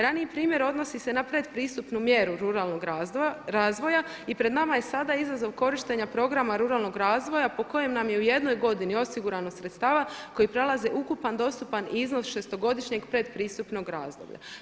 Raniji primjer odnosi se na predpristupnu mjeru ruralnog razvoja i pred nama je sada izazov korištenja programa ruralnog razvoja po kojem nam je u jednoj godini osigurano sredstava koji prelaze ukupan dostupan iznos šestogodišnjeg predpristupnog razdoblja.